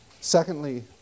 Secondly